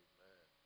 Amen